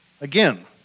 Again